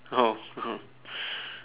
oh